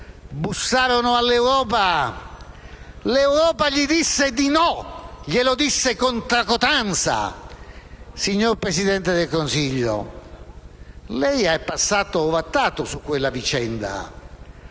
bussò all'Europa, l'Europa le disse di no, e glielo disse con tracotanza. Signor Presidente del Consiglio, lei è passato ovattato su quella vicenda,